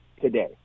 today